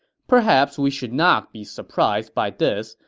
perhaps we should not be surprised by this,